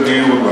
כיוון שזה דיון,